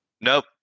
nope